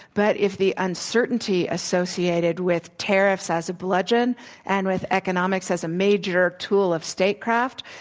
but if the uncertainty associated with tariffs as a bludgeon and with economics as a major tool of statecraft,